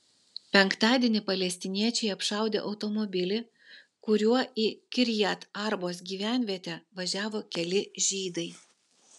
penktadienį palestiniečiai apšaudė automobilį kuriuo į kirjat arbos gyvenvietę važiavo keli žydai